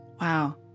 Wow